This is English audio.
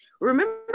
Remember